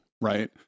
Right